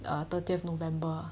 thirtieth november